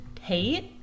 hate